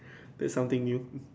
that's something new